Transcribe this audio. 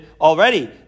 already